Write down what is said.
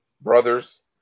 brothers